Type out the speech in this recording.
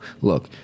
look